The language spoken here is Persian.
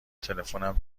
تلفنم